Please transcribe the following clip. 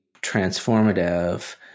transformative